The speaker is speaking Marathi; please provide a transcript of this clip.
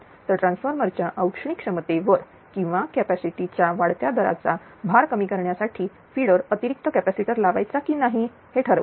तर ट्रान्सफॉर्मर च्या औष्णिक क्षमतेवर किंवा कॅपॅसिटर चा वाढत्या दराचा भार कमी करण्यासाठी फिडर अतिरिक्त कॅपॅसिटर लावायचा की नाही हे ठरवूया